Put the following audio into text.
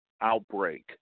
outbreak